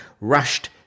rushed